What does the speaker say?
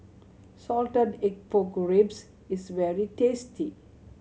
salted egg pork ribs is very tasty